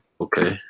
Okay